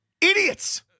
Idiots